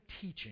teaching